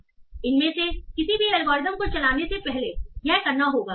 इसलिए इनमें से किसी भी एल्गोरिदम को चलाने से पहले यह करना होगा